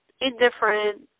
indifferent